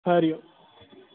Hari Om